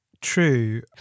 true